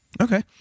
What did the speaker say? okay